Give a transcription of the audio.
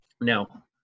Now